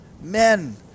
Men